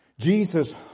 Jesus